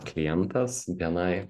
klientas bni